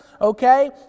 okay